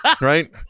right